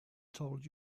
told